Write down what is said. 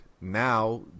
Now